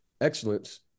excellence